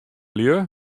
lju